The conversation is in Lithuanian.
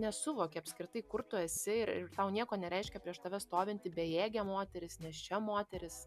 nesuvoki apskritai kur tu esi ir tau nieko nereiškia prieš tave stovinti bejėgė moteris nėščia moteris